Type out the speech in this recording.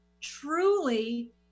truly